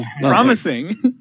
Promising